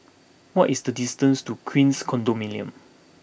what is the distance to Queens Condominium